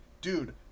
dude